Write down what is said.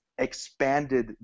expanded